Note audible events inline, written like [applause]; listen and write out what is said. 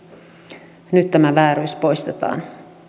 [unintelligible] nyt tämä vääryys poistetaan